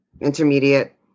intermediate